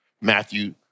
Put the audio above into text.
Matthew